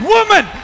Woman